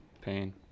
Pain